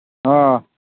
ꯑꯥ